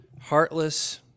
heartless